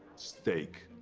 steak.